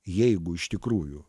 jeigu iš tikrųjų